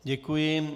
Děkuji.